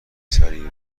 سریع